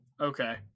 okay